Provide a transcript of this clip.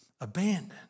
abandoned